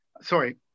sorry